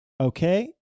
Okay